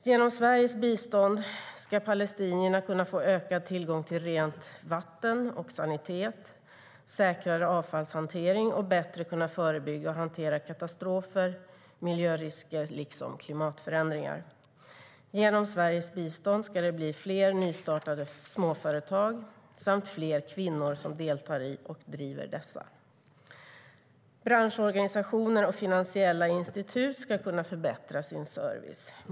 Genom Sveriges bistånd ska palestinierna kunna få ökad tillgång till rent vatten och sanitet, säkrare avfallshantering och bättre kunna förebygga och hantera katastrofer, miljörisker liksom klimatförändringar. Genom Sveriges bistånd ska det bli fler nystartade småföretag samt fler kvinnor som deltar i och driver dessa. Branschorganisationer och finansiella institut ska kunna förbättra sin service.